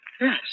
Yes